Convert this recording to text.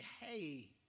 hey